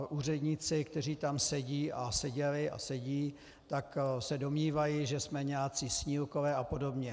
Úředníci, kteří tam sedí a seděli a sedí, se domnívají, že jsme nějací snílkové a podobně.